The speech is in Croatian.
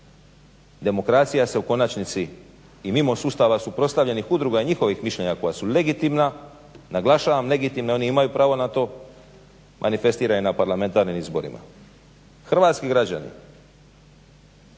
Demokracija se u konačnici i mimo sustava suprotstavljenih udruga i njihovih mišljenja koja su legitimna naglašavam legitimna, oni imaju pravo na to, manifestira i na parlamentarnim izborima. Hrvatski građani,